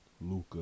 Luca